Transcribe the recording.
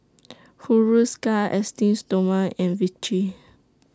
Hiruscar Esteem Stoma and Vichy